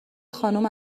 خانم